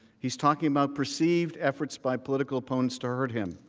he is talking about perceived efforts by political opponents to hurt him.